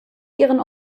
ihren